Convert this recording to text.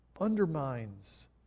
undermines